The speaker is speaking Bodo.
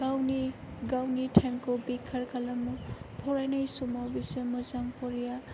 गावनि टाइमखौ बेखार खालामो फरायनाय समाव बिसोर मोजां फराया